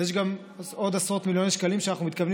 יש עוד עשרות מיליוני שקלים שאנחנו מתכוונים